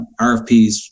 RFPs